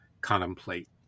contemplate